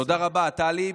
תודה רבה, טלי.